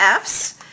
Fs